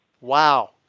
Wow